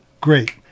great